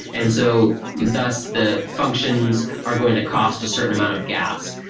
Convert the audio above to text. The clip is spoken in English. and so thus the functions are going to cost a certain amount of gas.